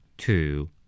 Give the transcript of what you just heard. two